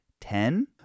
Ten